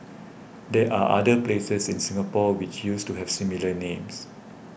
there are other places in Singapore which used to have similar names